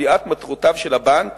קביעת מטרותיו של הבנק